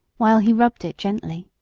while he rubbed it gently.